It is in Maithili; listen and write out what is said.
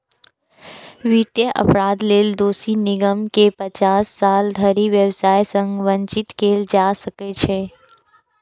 वित्तीय अपराध लेल दोषी निगम कें पचास साल धरि व्यवसाय सं वंचित कैल जा सकै छै